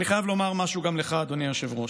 ואני חייב לומר משהו גם לך, אדוני היושב-ראש: